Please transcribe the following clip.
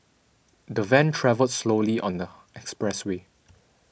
the van travelled slowly on the expressway